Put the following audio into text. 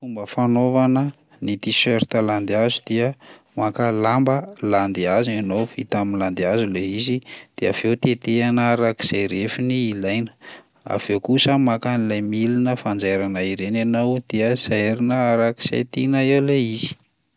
Fomba fanaovana ny tiserta landihazo dia: maka lamba landihazo ianao, vita amin'ny landihazo lay izy de avy eo tetehana arak'izay refiny ilaina, avy eo kosa maka an'ilay milina fanjairana ireny ianao dia zairina arak'izay tiana eo lay izy.